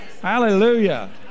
Hallelujah